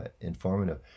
informative